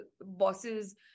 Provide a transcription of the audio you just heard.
bosses